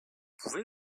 pouvez